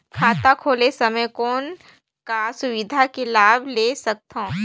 खाता खोले समय कौन का सुविधा के लाभ ले सकथव?